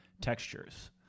textures